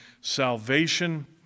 salvation